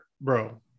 Bro